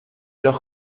los